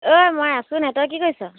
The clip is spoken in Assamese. ঐ মই আছো নাই তই কি কৰিছ